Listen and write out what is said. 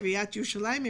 עיריית ירושלים,